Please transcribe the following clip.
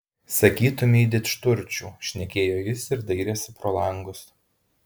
sakytumei didžturčių šnekėjo jis ir dairėsi pro langus